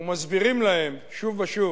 ומסבירים להם שוב ושוב